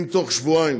אם בתוך שבועיים